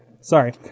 Sorry